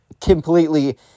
completely